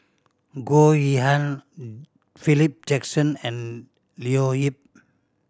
Goh Yihan Philip Jackson and Leo Yip